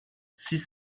six